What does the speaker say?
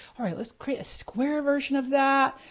alright, let's create a square version of that,